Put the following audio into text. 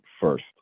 first